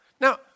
Now